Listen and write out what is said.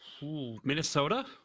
Minnesota